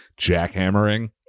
jackhammering